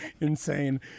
insane